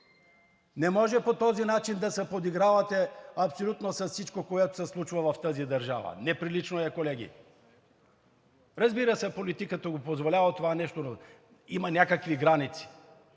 Не може по този начин да се подигравате абсолютно с всичко, което се случва в тази държава. Неприлично е, колеги! Разбира се, политиката позволява това нещо, но има някакви граници.